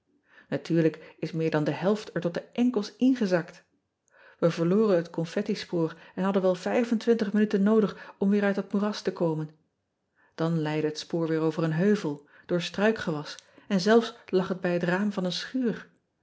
atuurlijk is meer dan de helft er tot de enkels ingezakt ij verloren het confetti spoor en hadden wel minuten noodig om weer uit dat moeras te komen an leidde het spoor weer over een heuvel door struikgewas en zelfs lag het bij het raam van een schuur